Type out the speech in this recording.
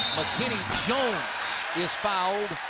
mckinney jones is fouled.